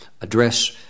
address